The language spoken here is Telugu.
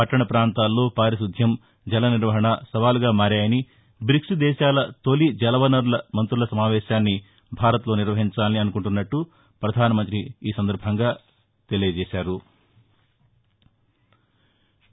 పట్టణ పాంతాల్లో పారిశుద్వం జల నిర్వహణ సవాలుగా మారాయని బ్రిక్స్ దేశాల తొలి జలవనరుల మంతుల సమావేశాన్ని భారత్లో నిర్వహించాలని అనుకుంటున్నామని పధానమంత్రి తెలిపారు